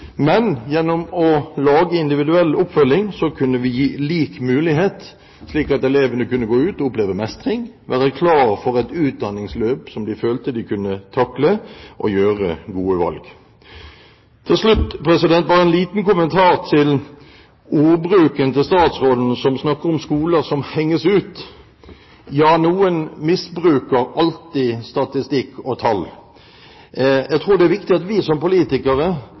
Men gjennom å ha individuell oppfølging kunne vi gi lik mulighet, slik at elevene kunne gå ut og oppleve mestring, være klar for et utdanningsløp som de følte de kunne takle, og gjøre gode valg. Til slutt, bare en liten kommentar til ordbruken til statsråden, som snakker om skoler som «henges ut». Ja, noen misbruker alltid statistikk og tall. Jeg tror det er viktig at vi som politikere